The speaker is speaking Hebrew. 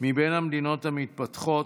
מבין המדינות המתפתחות,